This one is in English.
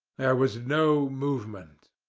there was no movement.